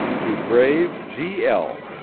to brave g. l.